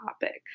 topic